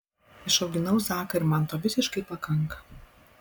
išauginau zaką ir man to visiškai pakanka